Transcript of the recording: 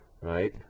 right